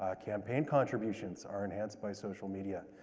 ah campaign contributions are enhanced by social media,